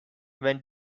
when